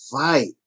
fight